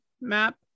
map